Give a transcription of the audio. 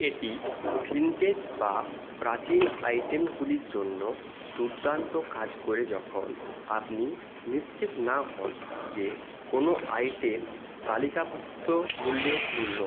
এটি ভিনটেজ বা প্রাচীন আইটেমগুলির জন্য দুর্দান্ত কাজ কোরে যখন আপনি নিশ্চিত না হন যে কোনো আইটেম তালিকাভুত্ত মূল্যের মূল্য